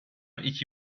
iki